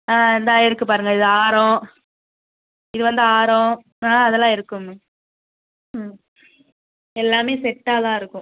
ஆ இந்தா இருக்குது பாருங்கள் இது ஆரம் இது வந்து ஆரம் ஆ அதெல்லாம் இருக்குதும்மா ம் எல்லாமே செட்டாகதான் இருக்கும்